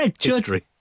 history